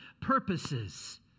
purposes